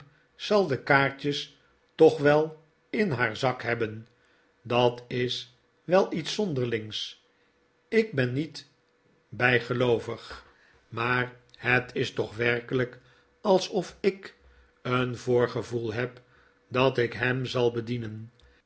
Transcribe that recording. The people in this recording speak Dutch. zal de kaartjes toch wel in haar zak hebben dat is wel iets zonderlings ik ben niet bijgeloovig maar het is toch werkelijk alsof ik een voorgevoel heb dat ik hem zal bedienen